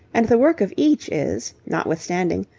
and the work of each is, notwithstanding,